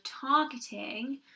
targeting